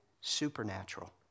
supernatural